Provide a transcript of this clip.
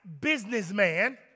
businessman